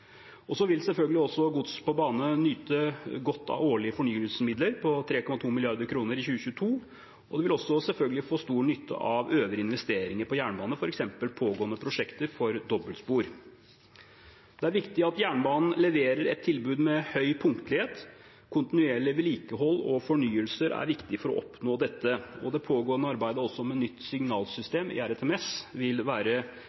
Så vil selvfølgelig også gods på bane nyte godt av årlige fornyelsesmidler på 3,2 mrd. kr i 2022, og det vil selvfølgelig også få stor nytte av øvrige investeringer på jernbane, f.eks. pågående prosjekter for dobbeltspor. Det er viktig at jernbanen leverer et tilbud med høy punktlighet. Kontinuerlig vedlikehold og fornyelser er viktig for å oppnå dette. Det pågående arbeidet med nytt signalsystem, ERTMS, vil være